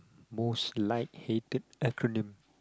most like hated acronym